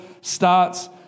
starts